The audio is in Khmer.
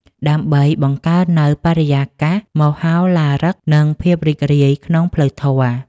ដើម្បីបង្កើននូវបរិយាកាសមហោឡារិក និងភាពរីករាយក្នុងផ្លូវធម៌។